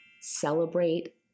celebrate